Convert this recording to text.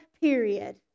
period